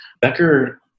Becker